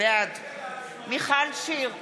בעד מיכל שיר סגמן,